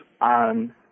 on